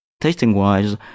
tasting-wise